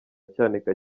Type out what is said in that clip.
cyanika